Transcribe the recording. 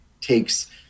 takes